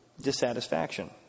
dissatisfaction